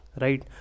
right